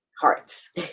hearts